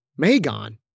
Magon